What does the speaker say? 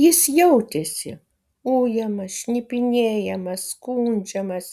jis jautėsi ujamas šnipinėjamas skundžiamas